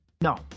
No